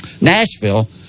Nashville